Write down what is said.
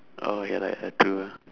oh ya lah ya lah true ah